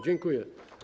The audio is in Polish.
Dziękuję.